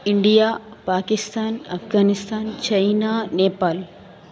India Pakistan Afghanistan China Nepal